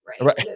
Right